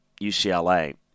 UCLA